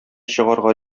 чыгарга